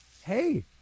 Hey